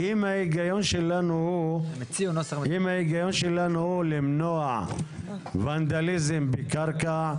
אם ההיגיון שלנו הוא למנוע ונדליזם בקרקע,